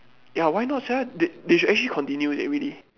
ya why not sia they they should actually continue that really